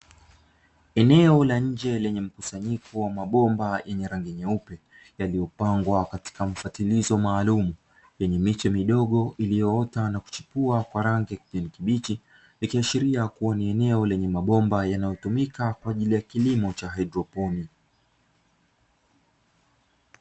Eneo la nje lenye mkusanyiko wa mabomba yenye rangi nyeupe, yaliyopangwa katika mfatilizo maalumu, lenye miche midogo iliyoota na kuchipua kwa rangi ya kijani kibichi, ikiashiria kuwa ni eneo lenye mabomba yanayotumika kwa ajili ya kilimo cha haidroponi.